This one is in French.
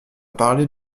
parler